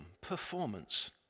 performance